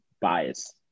bias